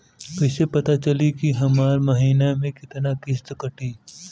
कईसे पता चली की हमार महीना में कितना किस्त कटी?